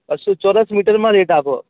અ શું ચોરસ મીટરમાં રેટ આપો